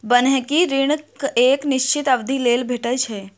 बन्हकी ऋण एक निश्चित अवधिक लेल भेटैत छै